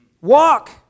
walk